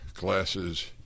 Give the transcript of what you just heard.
glasses